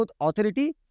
authority